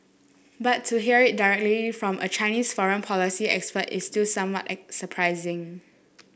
but to hear it directly from a Chinese foreign policy expert is still somewhat surprising